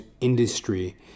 industry